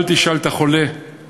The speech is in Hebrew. אל תשאל את הרופא,